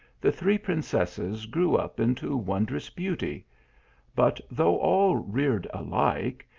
the three princesses grew up into wondrous beauty but, though all roared alike,